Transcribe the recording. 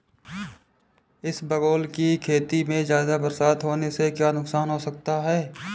इसबगोल की खेती में ज़्यादा बरसात होने से क्या नुकसान हो सकता है?